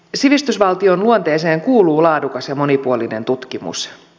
sivistysvaltion luonteeseen kuuluu laadukas ja monipuolinen tutkimus